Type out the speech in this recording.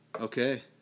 Okay